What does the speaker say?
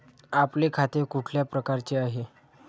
आपले खाते कुठल्या प्रकारचे आहे?